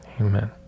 Amen